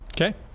Okay